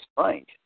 strange